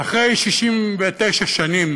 אחרי 69 שנים